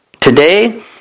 Today